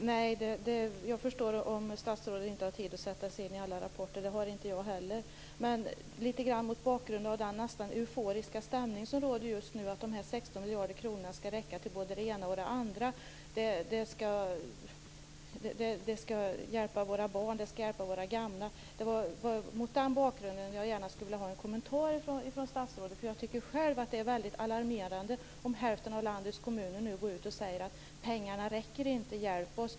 Herr talman! Jag förstår om statsrådet inte har tid att sätta sig in i alla rapporter. Det har inte jag heller. Men mot bakgrund av den euforiska stämning som råder just nu att de 16 miljarderna skall räcka till både det ena och det andra, våra barn och våra gamla, vill jag gärna ha en kommentar från statsrådet. Jag tycker själv att det är alarmerande om hälften av landets kommuner säger att pengarna inte räcker. De behöver hjälp.